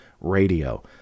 radio